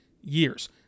years